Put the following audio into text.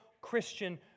Christian